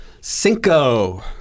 Cinco